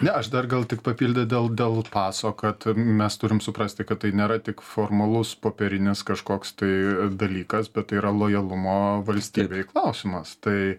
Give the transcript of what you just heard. ne aš dar gal tik papildyt dėl dėl paso kad mes turim suprasti kad tai nėra tik formalus popierinis kažkoks tai dalykas bet tai yra lojalumo valstybei klausimas tai